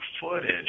footage